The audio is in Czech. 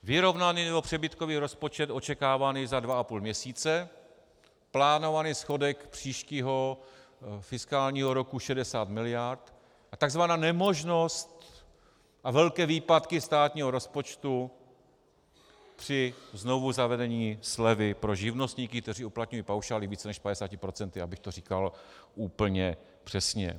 Vyrovnaný nebo přebytkový rozpočet očekávaný za dva a půl měsíce, plánovaný schodek příštího fiskálního roku 60 miliard a tzv. nemožnost a velké výpadky státního rozpočtu při znovuzavedení slevy pro živnostníky, kteří uplatňují paušály více než 50 %, abych to říkal úplně přesně.